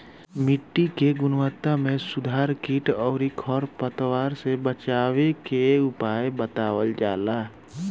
मिट्टी के गुणवत्ता में सुधार कीट अउरी खर पतवार से बचावे के उपाय बतावल जाला